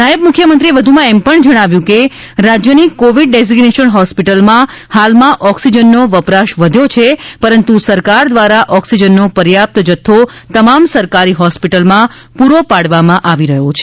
નાયબ મુખ્યમંત્રીએ વધુમાં એમ પણ જણાવ્યું કે રાજ્યની કોવિડ ડેઝેઝેટેડ હોસ્પિટલમાં હાલમાં ઑક્સિજનનો વપરાશ વધ્યો છે પરંતુ સરકાર દ્વારા ઑક્સિજનનો પર્યાપ્ત જથ્થો તમામ સરાકરી હૉસ્પિટલમાં પુરો પાડવામાં આવી રહ્યો છે